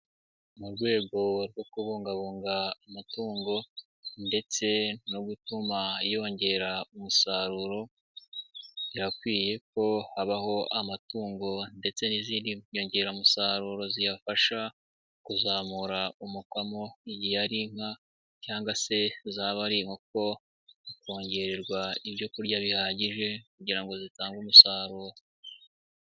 Mu rwego rwo kubungabunga amatungo ndetse no gutuma yongera umusaruro birakwiye ko habaho amatungo ndetse n'izindi nyongeramusaruro ziyafasha kuzamura umukamo igihe ari inka cyangwa se zaba ari inkoko zikongererwa ibyo kurya bihagije kugira ngo zitange umusaruro.